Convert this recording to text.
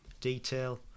detail